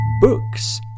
Books